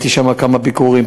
ערכתי שם כמה ביקורים,